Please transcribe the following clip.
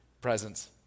presence